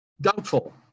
doubtful